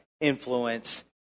influence